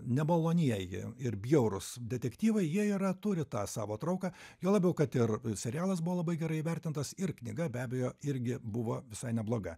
nemalonieji ir bjaurūs detektyvai jie yra turi tą savo trauką juo labiau kad ir serialas buvo labai gerai įvertintas ir knyga be abejo irgi buvo visai nebloga